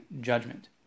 judgment